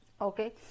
okay